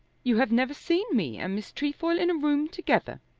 you have never seen me and miss trefoil in a room together.